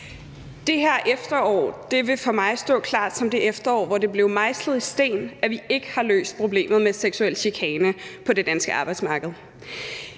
Det her efterår vil for mig klart stå som det efterår, hvor det blev mejslet i sten, at vi ikke har løst problemet med seksuel chikane på det danske arbejdsmarked.